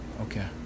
Okay